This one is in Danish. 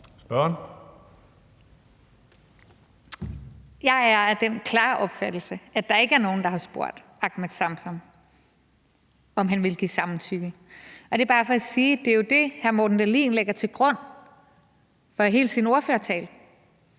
Jeg er af den klare opfattelse, at der ikke er nogen, der har spurgt Ahmed Samsam, om han ville give samtykke. Det er bare for at sige, at det, hr. Morten Dahlin lægger til grund for hele sin ordførertale,